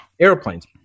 airplanes